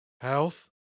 health